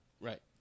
right